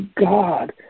God